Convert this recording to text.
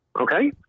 okay